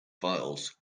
files